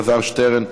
אלעזר שטרן,